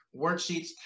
worksheets